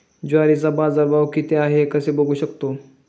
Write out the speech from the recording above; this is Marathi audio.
ज्वारीचा बाजारभाव किती आहे कसे बघू शकतो?